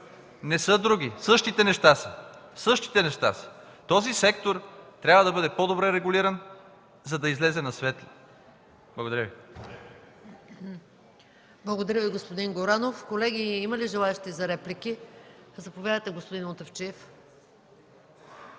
Не са други, същите неща са! Същите неща са! Този сектор трябва да бъде по-добре регулиран, за да излезе на светло. Благодаря Ви. ПРЕДСЕДАТЕЛ МАЯ МАНОЛОВА: Благодаря Ви, господин Горанов. Колеги, има ли желаещи за реплики? Заповядайте, господин Мутафчиев.